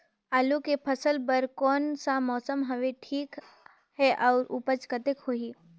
आलू के फसल बर कोन सा मौसम हवे ठीक हे अउर ऊपज कतेक होही?